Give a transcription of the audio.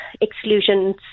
exclusions